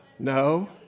No